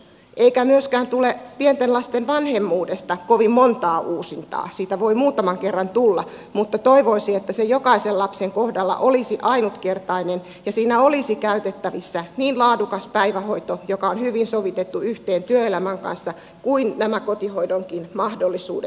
eikä myöskään tule pienten lasten vanhemmuudesta kovin montaa uusintaa siitä voi muutaman kerran tulla mutta toivoisi että se jokaisen lapsen kohdalla olisi ainutkertainen ja siinä olisi käytettävissä niin laadukas päivähoito joka on hyvin sovitettu yhteen työelämän kanssa kuin nämä kotihoidonkin mahdollisuudet